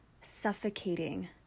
suffocating